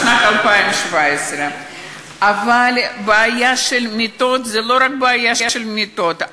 בשנת 2017. אבל הבעיה של מיטות זה לא רק בעיה של מיטות,